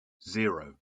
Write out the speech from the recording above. zero